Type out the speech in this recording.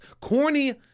Corny